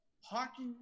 hockey